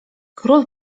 król